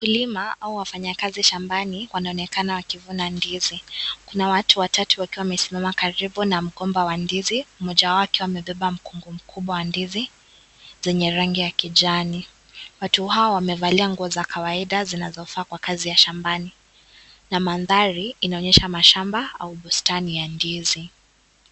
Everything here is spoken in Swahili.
Mkulima au wafanyakazi shambani wanaonekana wakivuna ndizi, kuna watu watatu wakiwa wamesimama karibu na mgomba wa ndizi mmoja wao akiwa amebeba mkungu mkubwa wa ndizi zenye rangi ya kijani, watu hawa wamevalia nguo za kawaida zinazofaa kwa kazi ya shambani na mandhari inaonyesha mashamba au bustani ya ndizi.